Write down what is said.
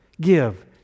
Give